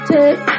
Take